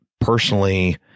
personally